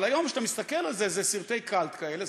אבל כיום, כשאתה מסתכל על זה, זה סרטי קאלט כאלה.